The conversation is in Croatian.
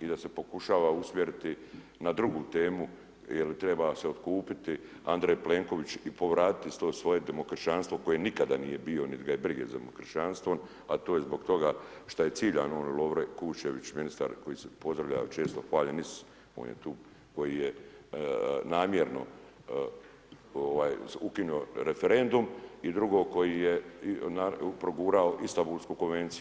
i da se pokušava usmjeriti na drugu temu jer treba se otkupiti Andrej Plenković i povratiti to svoje demokršćanstvo koje nikada nije bio nit ga je brige za demokršćanstvo a to je zbog toga šta je ciljano Lovre Kušćević ministar koji se pozdravlja često Hvaljen Isus, on je tu koji je namjerno ovaj ukinuo referendum i drugo koji je progurao Istanbulsku konvenciju.